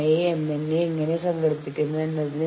കരാർ വ്യാഖ്യാനം അർത്ഥമാക്കുന്നത് കരാർ അവ്യക്തമാണ് എന്നാണ്